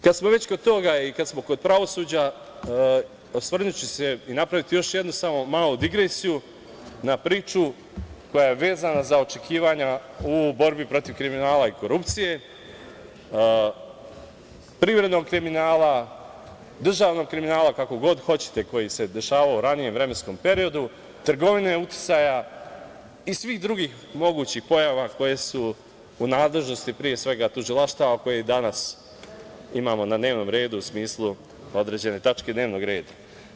Kad smo već kod toga i kad smo kod pravosuđa, osvrnuću se i napraviti još jednu malu digresiju na priču koja je vezana za očekivanja u borbi protiv kriminala i korupcije, privrednog kriminala, državnog kriminala, kako god hoćete, koji se dešavao u ranijem vremenskom periodu, trgovine uticaja i svih drugih mogućih pojava koje su u nadležnosti pre svega tužilaštva i svih drugih mogućih pojava koje su u nadležnosti pre svega tužilaštava koje danas imamo na dnevnom redu u smislu određene tačke dnevnog reda.